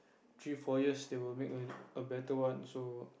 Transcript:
three four years they will make a better one